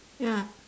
ya